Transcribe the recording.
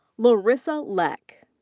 larissa leck.